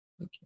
Okay